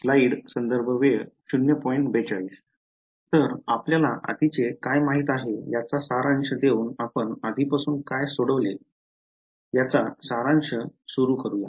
तर आपल्याला आधीचे काय माहित आहे याचा सारांश देऊन आपण आधीपासून काय सोडवले आहे याचा सारांश सुरु करू या